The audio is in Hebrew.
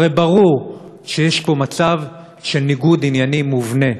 הרי ברור שיש פה מצב של ניגוד עניינים מובנה,